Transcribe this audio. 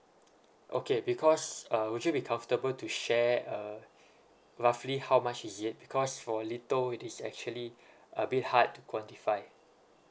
okay because uh would you be comfortable to share uh roughly how much is it because for little it is actually a bit hard to quantify